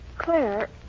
Claire